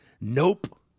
nope